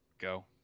Go